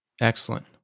Excellent